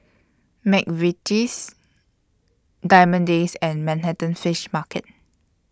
Mcvitie's Diamond Days and Manhattan Fish Market